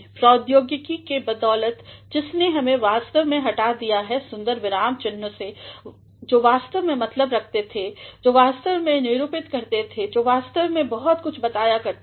प्रौद्योकिगीके बदौलत जिसने हमें वास्तव में हटा दिया है सुन्दर विराम चिह्नों से जो वास्तव में मतलब रखते थे जो वास्तव मेंनिरूपितकरते थे जो वास्तव में बहुत कुछ बताया करते थे